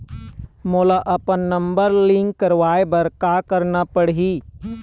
मोला अपन number link करवाये बर का करना पड़ही?